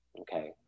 Okay